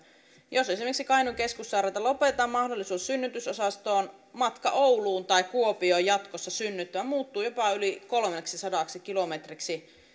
jos esimerkiksi kainuun keskussairaalalta lopetetaan mahdollisuus synnytysosastoon matka ouluun tai kuopioon jatkossa synnyttämään muuttuu jopa yli kolmeksisadaksi kilometriksi